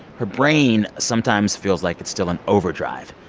her brain, sometimes, feels like it's still in overdrive.